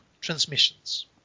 transmissions